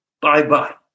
Bye-bye